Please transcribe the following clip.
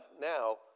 now